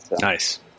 Nice